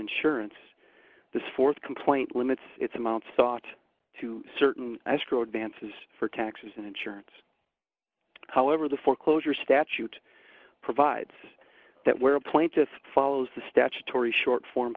insurance this th complaint limits its amounts thought to certain astro dances for taxes and insurance however the foreclosure statute provides that where a plaintiff follows the statutory short form